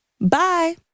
Bye